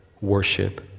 worship